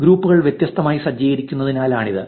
ഗ്രൂപ്പുകൾ വ്യത്യസ്തമായി സജ്ജീകരിച്ചിരിക്കുന്നതിനാലാണിത്